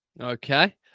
okay